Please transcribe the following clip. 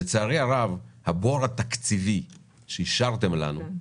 לצערי הרב, הבור התקציבי שהשארתם לנו,